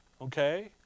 okay